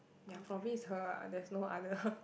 ya probably is her ah there's no other